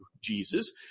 Jesus